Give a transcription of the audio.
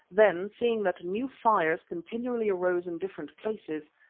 then, seeing that new fires continually arose in different places,